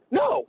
no